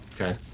Okay